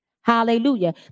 Hallelujah